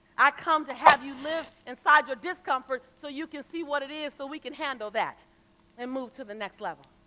i come to have you live inside your discomfort so you can see what it is so we can handle that and move to the next level.